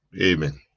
Amen